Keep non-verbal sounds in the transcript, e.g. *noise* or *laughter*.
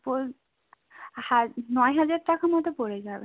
*unintelligible* নয় হাজার টাকা মতো পড়ে যাবে